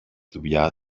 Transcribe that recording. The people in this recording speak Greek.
δουλειά